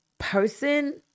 person